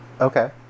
Okay